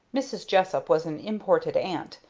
mrs. jessup was an imported aunt,